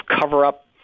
cover-up